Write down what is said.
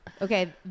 Okay